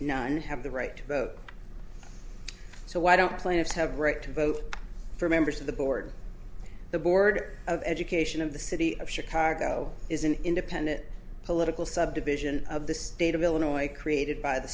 nine have the right to vote so why don't plaintiffs have right to vote for members of the board the board of education of the city of chicago is an independent political subdivision of the state of illinois created by the